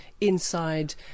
inside